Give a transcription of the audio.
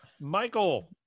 Michael